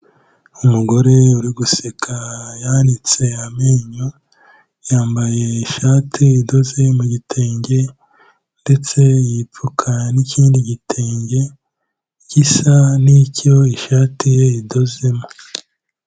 Umugore uri guseka yanitse amenyo, yambaye ishati idoze mu gitenge ndetse yipfuka n'ikindi gitenge gisa n'icyo ishati ye idozemo.